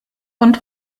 und